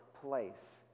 place